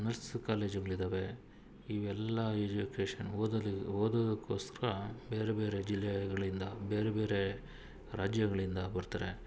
nurse ಕಾಲೇಜುಗಳಿದಾವೆ ಇವೆಲ್ಲ education ಓದೋದು ಓದೋದಕೋಸ್ಕರ ಬೇರೆ ಬೇರೆ ಜಿಲ್ಲೆಗಳಿಂದ ಬೇರೆ ಬೇರೆ ರಾಜ್ಯಗಳಿಂದ ಬರ್ತಾರೆ